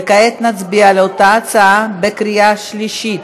וכעת נצביע על אותה הצעה בקריאה שלישית,